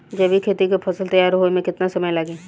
जैविक खेती के फसल तैयार होए मे केतना समय लागी?